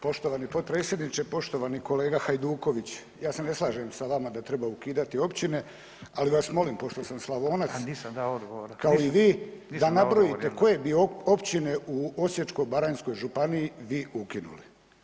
Poštovani potpredsjedniče, poštovani kolega Hajduković ja se ne slažem sa vama da treba ukidati općine, ali vas molim pošto sam Slavonac [[Upadica: Nisam dao odgovor, nisam dao odgovor jel da?]] kao i vi da nabrojite koje bi općine u Osječko-baranjskoj županiji vi ukinuli.